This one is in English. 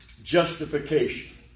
Justification